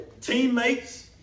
teammates